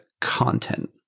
content